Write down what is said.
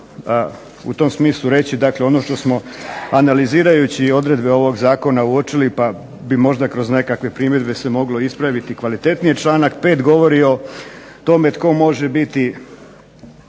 u tom smislu reći, dakle ono što smo analizirajući i odredbe ovog zakona uočili, pa bi možda kroz nekakve primjedbe se moglo ispraviti kvalitetnije, članak 5. govori o tome tko može biti,